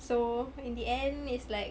so in the end it's like